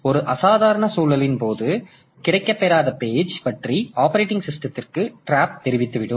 ஒரு அசாதாரண சூழலின் போது கிடைக்கப்பெறாத பேஜை பற்றி ஆப்பரேட்டிங் சிஸ்டத்திற்கு டிராப் தெரிவித்து விடும்